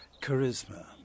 Charisma